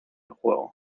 juego